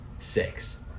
six